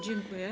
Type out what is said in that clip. Dziękuję.